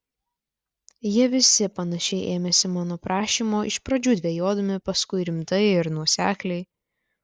jie visi panašiai ėmėsi mano prašymo iš pradžių dvejodami paskui rimtai ir nuosekliai